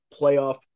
playoff